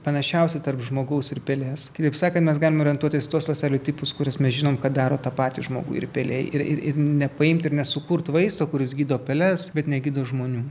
panašiausi tarp žmogaus ir peles kaip sakant mes galim orientuotis tuos lastelių tipus kuriuos mes žinom kad daro tą patį žmogų ir piliai ir ir nepaimti ir nesukurti vaisto kuris gydo peles bet negydo žmonių